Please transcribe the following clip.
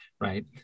right